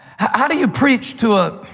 how do you preach to a,